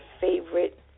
favorite